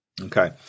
Okay